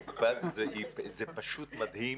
התופעה הזאת, זה פשוט מדהים,